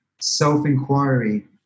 self-inquiry